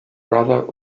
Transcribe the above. brother